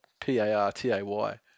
P-A-R-T-A-Y